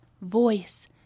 voice